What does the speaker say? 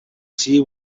see